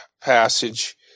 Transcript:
passage